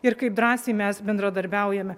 ir kaip drąsiai mes bendradarbiaujame